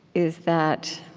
is that